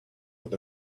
with